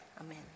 amen